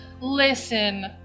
listen